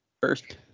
first